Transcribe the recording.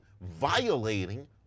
violating